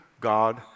God